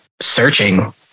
searching